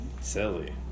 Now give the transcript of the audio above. Silly